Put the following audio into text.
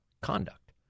conduct